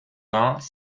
vingts